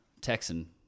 Texan